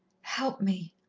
help me.